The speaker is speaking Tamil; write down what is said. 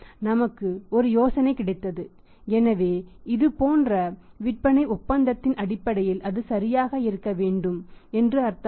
நமக்கு ஒரு யோசனை கிடைத்தது எனவே இது போன்ற விற்பனை ஒப்பந்தத்தின் அடிப்படையில் அது சரியாக இருக்க வேண்டும் என்று அர்த்தமல்ல